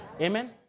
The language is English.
amen